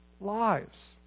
lives